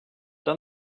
done